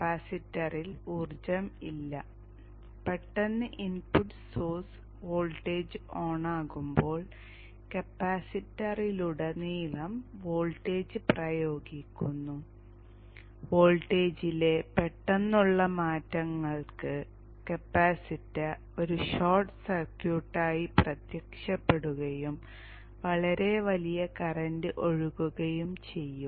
കപ്പാസിറ്ററിൽ ഊർജം ഇല്ല പെട്ടെന്ന് ഇൻപുട്ട് സോഴ്സ് വോൾട്ടേജ് ഓണാകുമ്പോൾ കപ്പാസിറ്ററിലുടനീളം വോൾട്ടേജ് പ്രയോഗിക്കുന്നു വോൾട്ടേജിലെ പെട്ടെന്നുള്ള മാറ്റങ്ങൾക്ക് കപ്പാസിറ്റർ ഒരു ഷോർട്ട് സർക്യൂട്ടായി പ്രത്യക്ഷപ്പെടുകയും വളരെ വലിയ കറന്റ് ഒഴുകുകയും ചെയ്യും